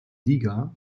liga